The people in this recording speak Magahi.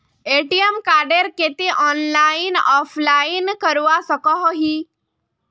ए.टी.एम कार्डेर केते ऑनलाइन अप्लाई करवा सकोहो ही?